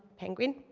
penguin.